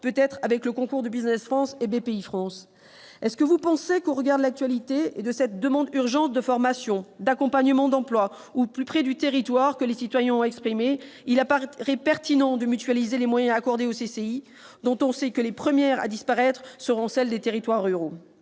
peut-être avec le concours de Business France et de Bpifrance ? Pensez-vous que, au regard de l'actualité et de la demande urgente de formation, d'accompagnement et d'emploi au plus près des territoires que les citoyens ont exprimée, il soit pertinent de mutualiser les moyens accordés aux CCI, dont on sait que les premières à disparaître seront celles des territoires ruraux ?